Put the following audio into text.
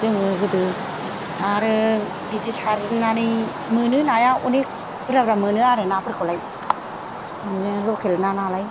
जोङो गोदो आरो बिदि सारनानै मोनो नाया अनेक बुरजा बुरजा मोनो आरो नाफोरखौलाय मोनो लकेल ना नालाय